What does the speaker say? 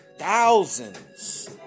Thousands